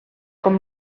com